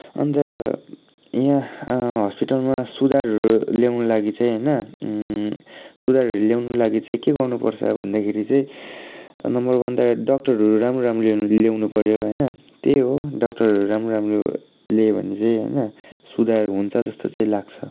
अन्त यहाँ हस्पिटलमा सुधारहरू ल्याउनु लागि चाहिँ होइन सुधारहरू ल्याउनु लागि चाहिँ के गर्नुपर्छ भन्दाखेरि चाहिँ नम्बर वान त डक्टरहरू राम्रो राम्रो ल्याउनु पऱ्यो होइन त्यही हो डक्टरहरू राम्रो राम्रो ल्यायो भने चाहिँ सुधार हुन्छ जस्तो चाहिँ लाग्छ